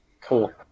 Cool